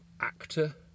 actor